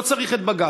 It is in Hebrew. לא צריך את בג"ץ,